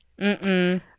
mm-mm